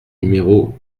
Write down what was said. numéro